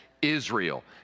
Israel